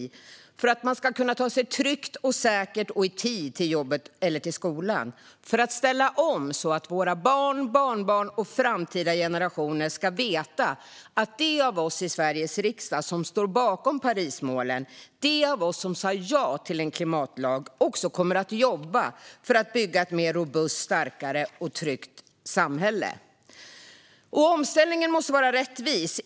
Regeringen gör detta för att man ska kunna ta sig tryggt, säkert och i tid till jobbet eller till skolan och för att ställa om så att våra barn, våra barnbarn och framtida generationer ska veta att de av oss i Sveriges riksdag som står bakom Parismålen och de av oss som sa ja till en klimatlag också kommer att jobba för att bygga ett mer robust, starkare och tryggt samhälle. Omställningen måste också vara rättvis.